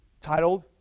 titled